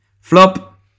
Flop